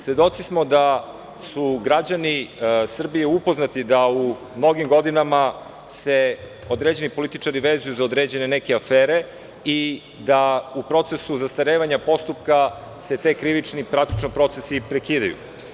Svedoci smo da su građani Srbije upoznati da u mnogim godinama se određeni političari vezuju za određene neke afere i da u procesu zastarevanja postupka se ti krivični procesi praktično i prekidaju.